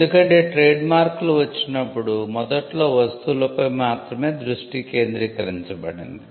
ఎందుకంటే ట్రేడ్మార్కులు వచ్చినప్పుడు మొదట్లో వస్తువులపై మాత్రమే దృష్టి కేంద్రీకరించబడింది